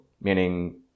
meaning